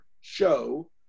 show